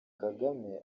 kagame